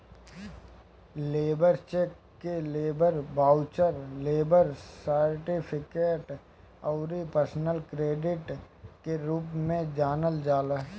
labour cheque के labour voucher, labour certificate अउरी personal credit के रूप में जानल जाला